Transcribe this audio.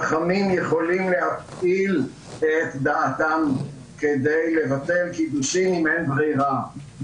חכמים יכולים להפעיל את דעתם כדי לבטל קידושין אם אין ברירה.